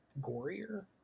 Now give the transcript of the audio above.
gorier